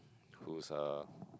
who's a